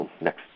next